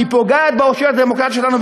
היא פוגעת באושיות הדמוקרטיה שלנו,